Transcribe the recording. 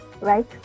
right